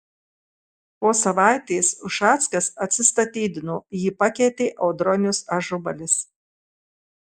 po savaitės ušackas atsistatydino jį pakeitė audronius ažubalis